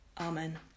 Amen